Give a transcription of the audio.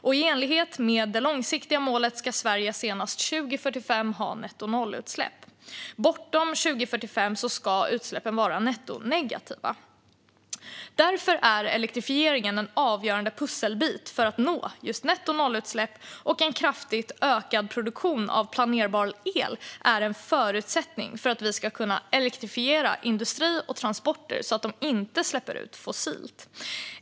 I enlighet med det långsiktiga målet ska Sverige senast 2045 ha nettonollutsläpp. Bortom 2045 ska utsläppen vara nettonegativa. Elektrifieringen är en avgörande pusselbit för att nå nettonollutsläpp, och en kraftigt ökad produktion av planerbar el är en förutsättning för att vi ska kunna elektrifiera industri och transporter, så att de inte släpper ut fossilt.